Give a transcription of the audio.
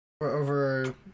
over